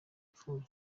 apfuye